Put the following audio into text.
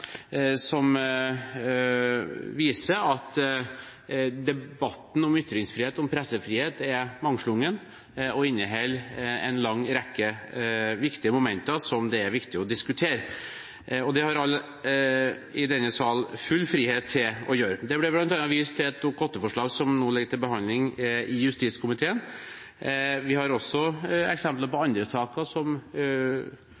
som viser at debatten om ytringsfrihet og pressefrihet er mangslungen og inneholder en lang rekke viktige momenter som det er viktig å diskutere. Det har alle i denne sal full frihet til å gjøre. Det ble bl.a. vist til et Dokument 8-forslag som nå ligger til behandling i justiskomiteen. Vi har også eksempler på andre saker som